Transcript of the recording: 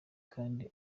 kandi